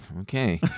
okay